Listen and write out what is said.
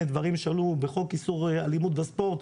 דברים שעלו בחוק איסור אלימות בספורט,